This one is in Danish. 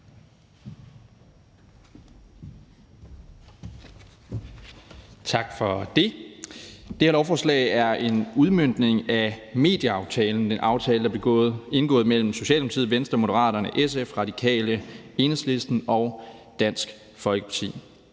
Tak for det. Det her lovforslag er en udmøntning af medieaftalen – en aftale, der blev indgået mellem Socialdemokratiet, Venstre, Moderaterne, SF, Radikale, Enhedslisten og Dansk Folkeparti.